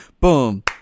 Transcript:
boom